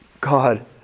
God